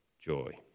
joy